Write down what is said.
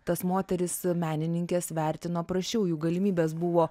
tas moteris menininkės vertino prašiau jų galimybės buvo